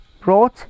brought